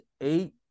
eight